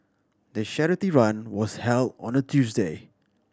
the charity run was held on a Tuesday